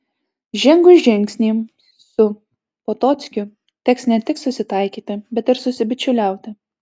žengus žingsnį su potockiu teks ne tik susitaikyti bet ir susibičiuliauti